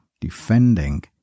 defending